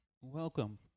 welcome